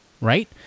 right